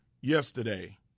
yesterday